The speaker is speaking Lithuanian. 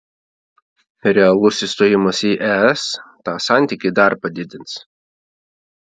realus įstojimas į es tą santykį dar padidins